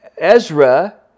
Ezra